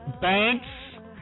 banks